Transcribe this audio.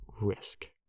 risk